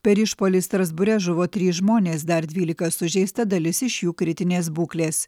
per išpuolį strasbūre žuvo trys žmonės dar dvylika sužeista dalis iš jų kritinės būklės